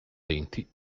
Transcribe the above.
denti